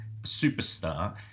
superstar